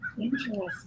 Interesting